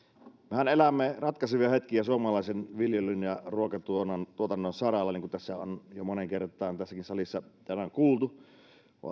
mehän elämme ratkaisevia hetkiä suomalaisen viljelyn ja ruokatuotannon saralla niin kuin on jo moneen kertaan tässäkin salissa tänään kuultu